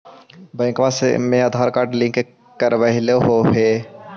बैंकवा मे Aadhaar card link करवैलहो है?